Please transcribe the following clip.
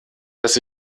dass